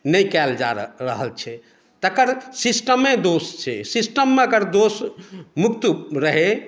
नहि कयल जा रहल छै तकर सिस्टमे दोष छै सिस्टममे अगर दोष मुक्त रहै